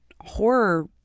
horror